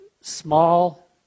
small